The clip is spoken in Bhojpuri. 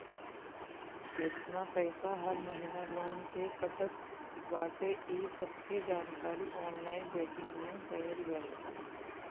केतना पईसा हर महिना लोन के कटत बाटे इ सबके जानकारी ऑनलाइन बैंकिंग में देहल रहेला